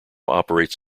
operates